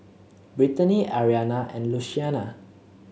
Brittany Ariana and Luciana